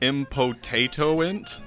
Impotatoint